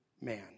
man